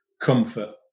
comfort